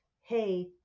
hey